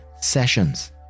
sessions